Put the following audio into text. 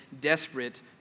desperate